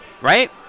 right